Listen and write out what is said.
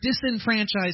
disenfranchised